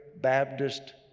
Baptist